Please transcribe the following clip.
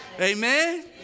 Amen